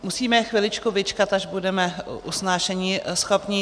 Musíme chviličku vyčkat, až budeme usnášeníschopní.